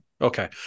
Okay